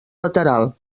lateral